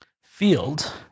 field